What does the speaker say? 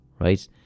right